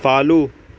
follow